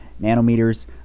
nanometers